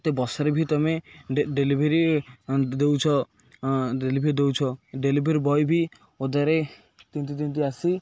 ଏତେ ବର୍ଷାରେ ବି ତୁମେ ଡେଲିଭରି ଦେଉଛ ଡେଲିଭରି ଦେଉଛ ଡେଲିଭରି ବୟ ବି ଓଦାରେ ତିନ୍ତି ତିନ୍ତି ଆସି